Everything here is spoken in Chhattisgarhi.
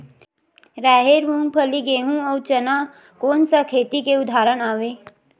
राहेर, मूंगफली, गेहूं, अउ चना कोन सा खेती के उदाहरण आवे?